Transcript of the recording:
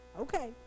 okay